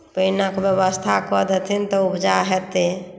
पानिक व्यवस्था कऽ देथिन तऽ उपजा हेतै